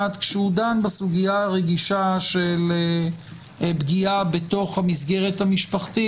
כשהוא דן בסוגיה הרגישה של פגיעה בתוך המסגרת המשפחתית,